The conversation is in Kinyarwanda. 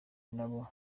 nabo